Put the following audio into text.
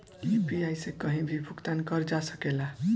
UPI से कहीं भी भुगतान कर जा सकेला?